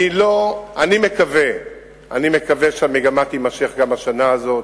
אני מקווה שהמגמה תימשך גם השנה הזאת,